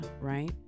Right